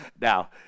now